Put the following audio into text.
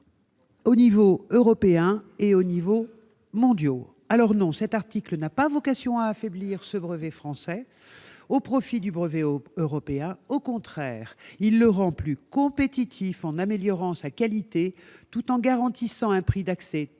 le plan européen et mondial. Alors, non, cet article n'a pas vocation à affaiblir le brevet français au profit du brevet européen. Au contraire, il le rend plus compétitif, en améliorant sa qualité, tout en garantissant un prix d'accès toujours